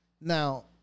Now